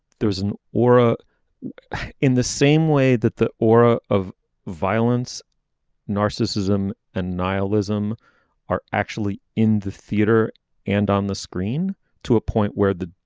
there was an aura in the same way that the aura of violence narcissism and nihilism are actually in the theater and on the screen to a point where the